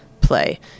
play